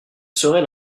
serait